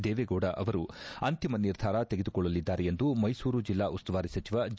ದೇವೇಗೌಡ ಅವರು ಅಂತಿಮ ನಿರ್ಧಾರ ತೆಗೆದುಕೊಳ್ಳಲಿದ್ದಾರೆ ಎಂದು ಮೈಸೂರು ಜಿಲ್ಲಾ ಉಸ್ತುವಾರಿ ಸಚಿವ ಜಿ